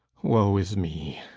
woe is me!